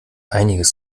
einiges